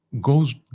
goes